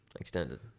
Extended